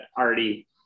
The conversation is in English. already